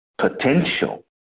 potential